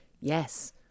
Yes